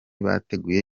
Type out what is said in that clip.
bateguye